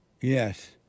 Yes